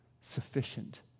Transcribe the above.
sufficient